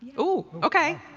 ooh, ok.